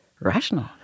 rational